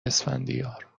اسفندیار